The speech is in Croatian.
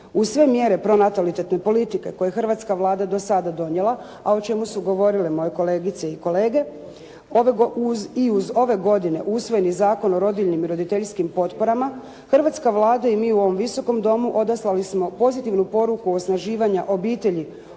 uz sve mjere pronatalitetne politike koju je hrvatska Vlada do sada donijela, a o čemu su govorile moje kolegice i kolege, i uz ove godine usvojeni Zakon o rodiljinim i roditeljskim potporama, hrvatska Vlada i mi ovdje u ovom Visokom domu odaslali smo pozitivnu poruku o osnaživanja obitelji